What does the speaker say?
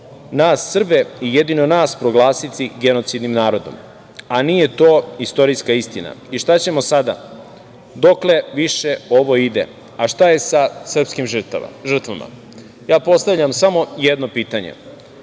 nas Srbe i jedino nas proglasiti genocidnim narodom, a nije to istorijska istina? Šta ćemo sada? Dokle više ovo ide? Šta je sa srpskim žrtvama? Ja postavljam samo jedno pitanje